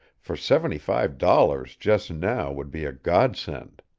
for seventy-five dollars just now would be a godsend.